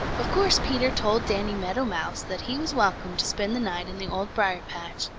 of course peter told danny meadow mouse that he was welcome to spend the night in the old briar-patch,